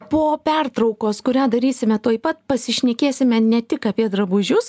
po pertraukos kurią darysime tuoj pat pasišnekėsime ne tik apie drabužius